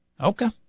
Okay